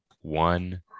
one